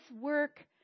work